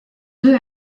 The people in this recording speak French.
deux